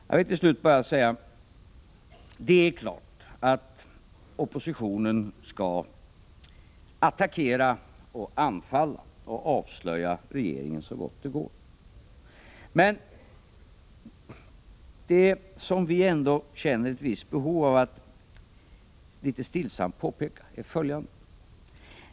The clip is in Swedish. Jag vill till slut bara säga att det är klart att oppositionen skall attackera, anfalla och avslöja regeringen så gott det går. Det som vi ändå känner ett visst behov av att litet stillsamt påpeka är följande.